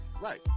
right